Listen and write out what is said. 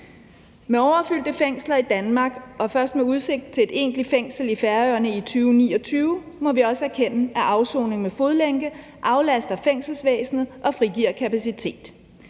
Med overfyldte fængsler i Danmark og først med udsigt til et egentlig fængsel i Færøerne i 2029 må vi også erkende, at afsoning med fodlænke aflaster fængselsvæsenet og frigiver kapacitet.